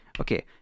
Okay